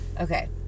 Okay